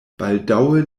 baldaŭe